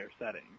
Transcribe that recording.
setting